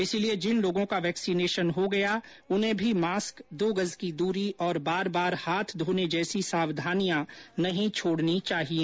इसलिए जिन लोगों का वैक्सीनेशन हो गया उन्हें भी मास्क दो गज की दूरी और बार बार हाथ धोने जैसी सावधानियां नहीं छोड़नी चाहिए